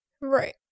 Right